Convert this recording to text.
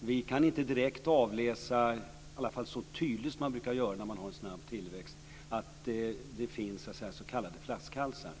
Vi kan inte direkt avläsa - åtminstone inte så tydligt som man brukar kunna göra när man har en snabb tillväxt - att det finns s.k. flaskhalsar.